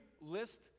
list